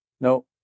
No